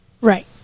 Right